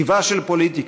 טיבה של פוליטיקה,